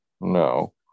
No